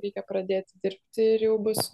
reikia pradėti dirbti ir jau bus